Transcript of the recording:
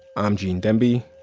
i'm gene demby.